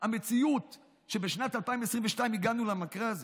המציאות שבשנת 2022 הגענו למקרה הזה,